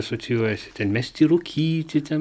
asocijuojasi ten mesti rūkyti ten